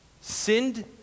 Sinned